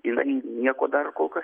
jinai nieko dar kol kas